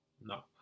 No